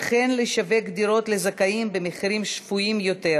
ולשווק דירות לזכאים במחירים שפויים יותר,